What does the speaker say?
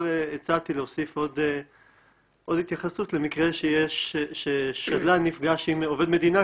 הצעתי להוסיף עוד התייחסות למקרה ששדלן נפגש עם עובד מדינה,